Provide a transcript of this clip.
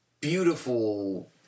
beautiful